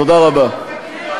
תודה רבה.